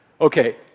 Okay